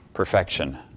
Perfection